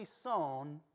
sown